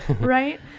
right